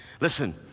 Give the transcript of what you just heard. Listen